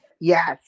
Yes